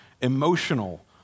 emotional